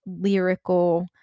lyrical